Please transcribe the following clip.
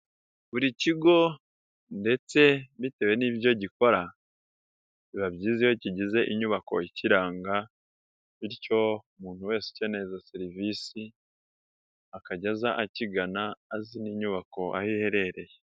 Buri kigo ndetse bitewe n'ibyo gikora biba byiza iyo kigize inyubako ikiranga, bityo umuntu wese ukeneye izo serivisi akajya akigana azi inyubako aho iherereye.